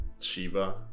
Shiva